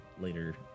later